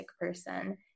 person